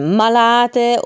malate